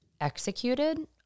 executed